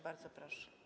Bardzo proszę.